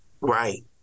Right